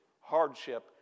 hardship